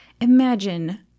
Imagine